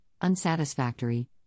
unsatisfactory